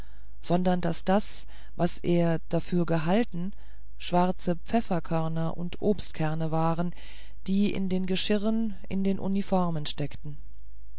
sondern daß das was er dafür gehalten schwarze pfefferkörner und obstkerne waren die in den geschirren in den uniformen steckten